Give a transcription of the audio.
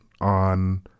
on